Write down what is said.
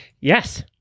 Yes